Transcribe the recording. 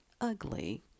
ugly